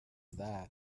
that